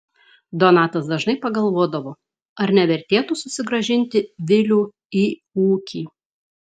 donatas dažnai pagalvodavo ar nevertėtų susigrąžinti vilių į ūkį